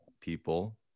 people